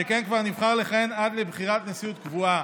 שכן הוא כבר נבחר לכהן עד לבחירת נשיאות קבועה,